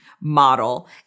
model